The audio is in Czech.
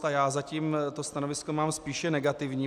A já zatím stanovisko mám spíše negativní.